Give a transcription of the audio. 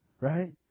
right